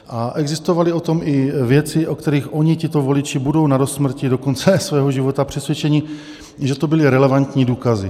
A existovaly o tom i věci, o kterých oni, tito voliči, budou nadosmrti, do konce svého života přesvědčeni, že to byly relevantní důkazy.